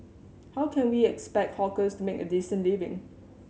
how can we expect hawkers to make a decent living